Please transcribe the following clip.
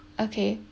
okay